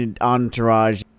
entourage